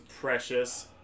precious